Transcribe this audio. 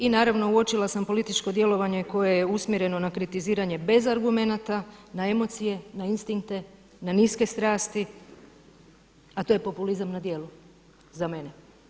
I naravno, uočila sam političko djelovanje koje je usmjereno na kritiziranje bez argumenata na emocije, na instinkte, na niske strasti, a to je populizam na djelu za mene.